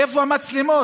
איפה המצלמות?